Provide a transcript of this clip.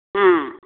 ஆ